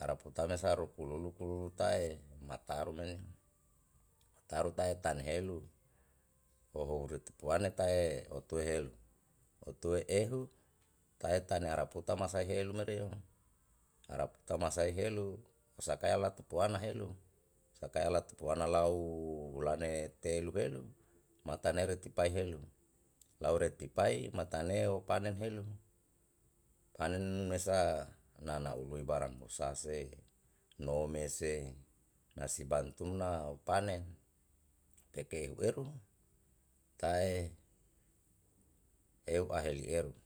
araputane sa rupululu kulu hutae mataru menio, mataru tae tane helu hohou retupuane tae otue helu. Otue ehu tae tane araputa masai helu merio, araputa masai helu osakae latu puana helu, sakae latu puana lau hulane telu helu matane retipai helu lau retipai matane opanen helu, panen mesa unana ului barang musa se nome se na si bantumna panen. peke ehu eru tae eu ahelieru.